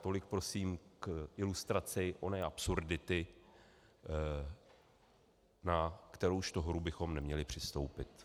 Tolik prosím k ilustraci oné absurdity, na kteroužto hru bychom neměli přistoupit.